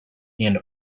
and